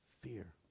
fear